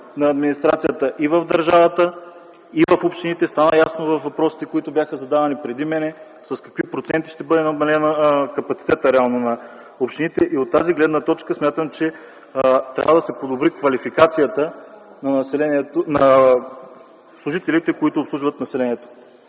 на администрацията и в държавата и в общините. Стана ясно във въпросите, които бяха задавани преди мен, с какви проценти ще бъде намален капацитета реално на общините. От тази гледна точка смятам, че трябва да се подобри квалификацията на служителите, които обслужват населението.